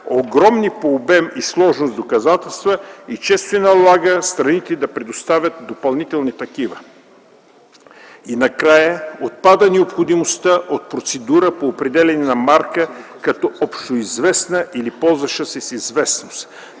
огромни по обем и сложност доказателства и често се налага страните да предоставят допълнителни такива; - отпада необходимостта от процедура по определяне на марка като общоизвестна или ползваща се с известност.